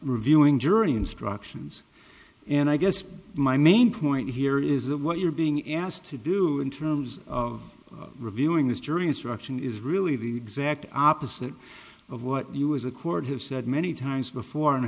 reviewing jury instructions and i guess my main point here is that what you're being asked to do in terms of reviewing this jury instruction is really the exact opposite of what you as a court have said many times before and